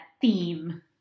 theme